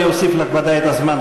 אני אוסיף לך ודאי את הזמן.